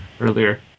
earlier